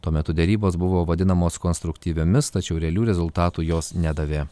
tuo metu derybos buvo vadinamos konstruktyviomis tačiau realių rezultatų jos nedavė